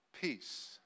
peace